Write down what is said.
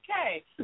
okay